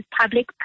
public